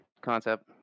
concept